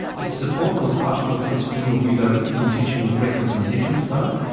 it's supportable as partial defence in your view, though, if the intention was reckless indifference, though?